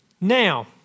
Now